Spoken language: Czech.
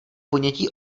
ponětí